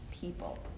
people